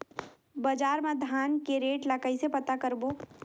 बजार मा धान के रेट ला कइसे पता करबो?